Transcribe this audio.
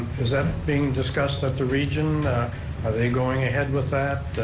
is that being discussed at the region? are they going ahead with that?